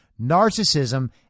Narcissism